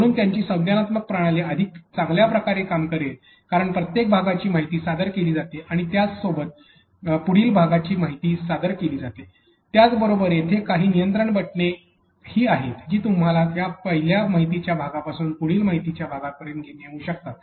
म्हणून त्यांची संज्ञानात्मक प्रणाली अधिक चांगल्या प्रकारे काम करेल कारण प्रत्येक भागाची माहिती सादर केली जाते आणि त्यासोबत पुढील भागाची माहिती सादर केली जाते त्याचबरोबर तेथे काही नियंत्रण करणारी बटणे ही आहेत जी तुम्हाला या पहिल्या माहितीच्या भागाकडून पुढील माहितीच्या भागापर्यंत नेऊ शकतात